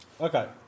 Okay